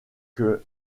que